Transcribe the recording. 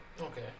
Okay